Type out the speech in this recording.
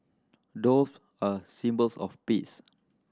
doves are symbols of peace